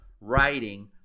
Writing